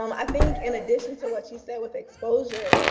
um i think in addition to what you said with exposure,